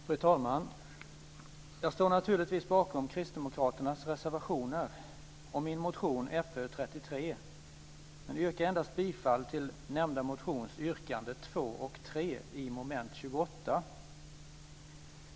Fru talman! Jag står naturligtvis bakom kristdemokraternas reservationer och min motion Fö33, men jag yrkar bifall endast till nämnda motions yrkande 2 och yrkande 3 under mom. 28.